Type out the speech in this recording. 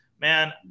Man